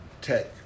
tech